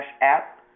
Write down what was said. app